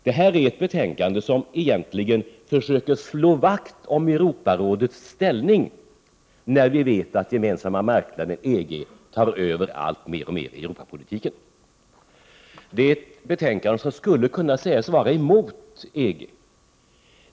Detta betänkande försöker egentligen slå vakt om Europarådets ställning, när vi vet att den gemensamma marknaden, EG, tar över alltmer i Europapolitiken. Det är ett betänkande som skulle kunna sägas vara emot EG.